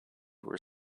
were